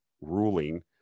ruling